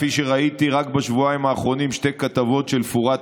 וראיתי רק בשבועיים האחרונים שתי כתבות של פוראת